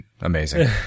amazing